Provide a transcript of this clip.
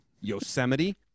Yosemite